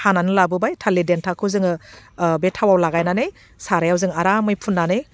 हानानै लाबोबाय थालिर देन्थाखौ जोङो बे थावआव लागायनानै साराइयाव जों आरामै फुन्नानै